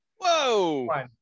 Whoa